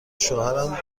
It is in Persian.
شوهرم